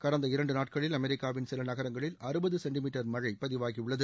கடந்த இரண்டு நாட்களில் அமெரிக்காவின் சில நகரங்களில் அறுபது சென்டிமீட்டர் மழை பதிவாகியுள்ளது